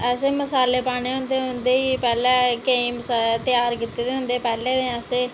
असें मसाले पाने होंदे उं'दे ई पैह्लें केईं त्यार कीते दे होंदे पैह्लें दे असें